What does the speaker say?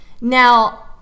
Now